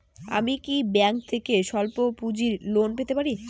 আমি কি ব্যাংক থেকে স্বল্প পুঁজির লোন পেতে পারি?